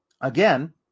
Again